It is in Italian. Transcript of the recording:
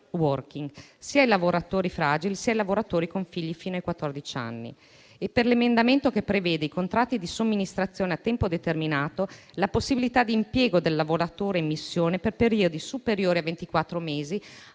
sia ai lavoratori fragili, sia a quelli con figli fino ai quattordici anni, così come per l'emendamento che prevede, per i contratti di somministrazione a tempo determinato, la possibilità d'impiego del lavoratore in missione per periodi superiori a